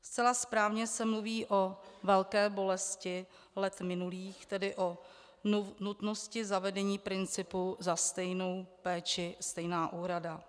Zcela správně se mluví o velké bolesti let minulých, tedy o nutnosti zavedení principu za stejnou péči stejná úhrada.